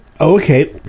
Okay